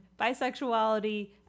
bisexuality